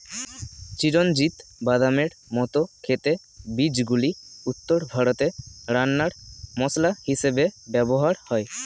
চিরঞ্জিত বাদামের মত খেতে বীজগুলি উত্তর ভারতে রান্নার মসলা হিসেবে ব্যবহার হয়